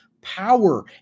power